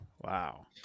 Wow